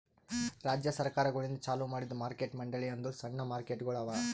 ರಾಜ್ಯ ಸರ್ಕಾರಗೊಳಿಂದ್ ಚಾಲೂ ಮಾಡಿದ್ದು ಮಾರ್ಕೆಟ್ ಮಂಡಳಿ ಅಂದುರ್ ಸಣ್ಣ ಮಾರುಕಟ್ಟೆಗೊಳ್ ಅವಾ